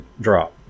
drop